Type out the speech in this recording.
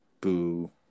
Boo